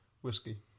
Whiskey